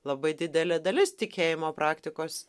labai didelė dalis tikėjimo praktikos